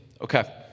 Okay